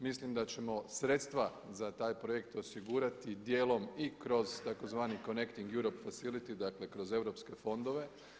Mislim da ćemo sredstva za taj projekt osigurati dijelom i kroz tzv. Conecting Europe Facility, dakle kroz europske fondove.